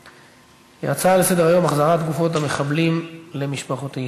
הצעה לסדר-היום בנושא: החזרת גופות המחבלים למשפחותיהם.